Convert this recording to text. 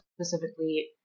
specifically